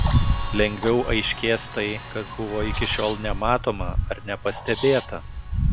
lengviau aiškės tai kas buvo iki šiol nematoma ar nepastebėta